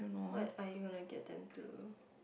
what are you likely to attempt to